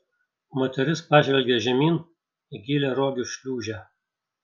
moteris pažvelgė žemyn į gilią rogių šliūžę